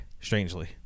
strangely